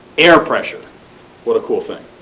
air pressure what a cool thing.